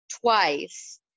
twice